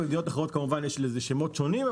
במדינות אחרות יש לזה שמות שונים.